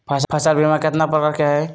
फसल बीमा कतना प्रकार के हई?